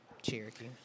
Cherokee